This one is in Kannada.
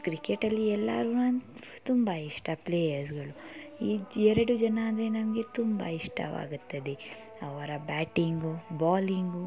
ಕ್ರಿಕೆಟಲ್ಲಿ ಎಲ್ಲರೂ ನನ್ಗೆ ತುಂಬ ಇಷ್ಟ ಪ್ಲೇಯರ್ಸ್ಗಳು ಈ ಜ್ ಎರಡು ಜನ ಅಂದರೆ ನನಗೆ ತುಂಬ ಇಷ್ಟವಾಗುತ್ತದೆ ಅವರ ಬ್ಯಾಟಿಂಗು ಬೋಲಿಂಗು